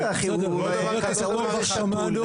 בסדר, חבר הכנסת אורבך, שמענו.